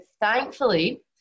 thankfully